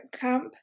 Camp